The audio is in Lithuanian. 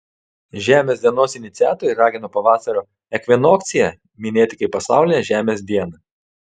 žemės dienos iniciatoriai ragino pavasario ekvinokciją minėti kaip pasaulinę žemės dieną